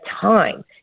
time